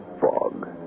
fog